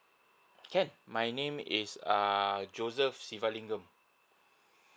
can my name is err joseph sivalingam